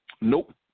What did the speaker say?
Nope